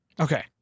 Okay